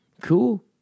cool